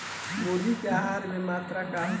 मुर्गी के आहार के मात्रा का होखे?